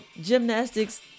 gymnastics